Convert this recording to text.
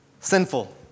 sinful